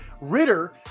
Ritter